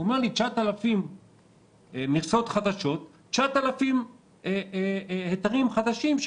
הוא אמר לי: 9,000 מכסות חדשות זה 9,000 היתרים חדשים,